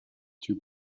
two